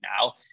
now